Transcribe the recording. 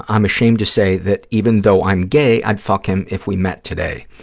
i'm ashamed to say that even though i'm gay i'd fuck him if we met today,